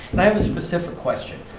and i have a specific question,